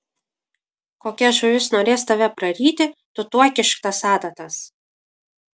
kokia žuvis norės tave praryti tu tuoj kišk tas adatas